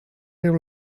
riu